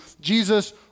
Jesus